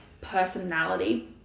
personality